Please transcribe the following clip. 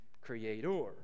creator